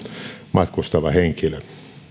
matkustava henkilö